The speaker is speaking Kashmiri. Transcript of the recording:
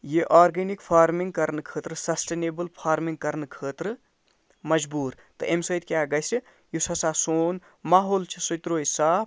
یہِ آرگَنِک فارمِنٛگ کرنہٕ خٲطرٕ سَسٹِنیبٕل فارمِنٛگ کرنہٕ خٲطرٕ مَجبوٗر تہٕ اَمہِ سۭتۍ کیٛاہ گژھہِ یُس ہسا سون ماحول چھُ سُہ تہِ روزِ صاف